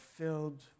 filled